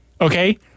okay